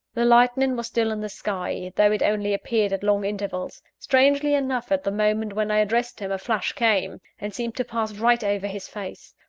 the lightning was still in the sky, though it only appeared at long intervals. strangely enough, at the moment when i addressed him, a flash came, and seemed to pass right over his face.